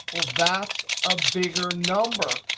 well that's a bigger number,